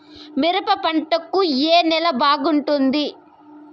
మిరప పంట కు ఏ నేల బాగుంటుంది?